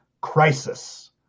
crisis